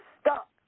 stuck